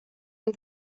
ein